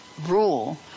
rule